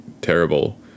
terrible